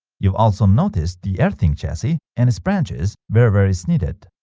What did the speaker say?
you've also noticed the earthing chassis and its branches wherever it's needed